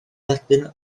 erbyn